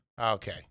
Okay